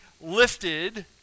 lifted